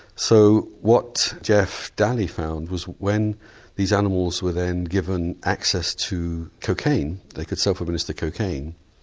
so what jeff dalley found was when these animals were then given access to cocaine, they could self administer cocaine,